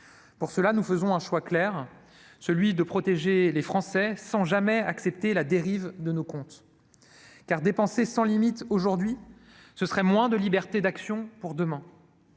Pour cela, nous faisons un choix clair, celui de protéger les Français sans jamais accepter la dérive de nos comptes. Dépenser sans limites aujourd'hui signifierait moins de liberté d'action pour demain.